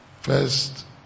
First